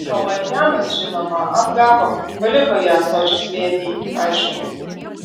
o marijanas žinoma apgavo paliko ją ąsočių slėny aišku